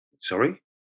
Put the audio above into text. Sorry